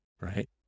right